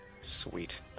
Sweet